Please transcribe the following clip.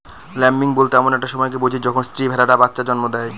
lambing বলতে এমন একটা সময়কে বুঝি যখন স্ত্রী ভেড়ারা বাচ্চা জন্ম দেয়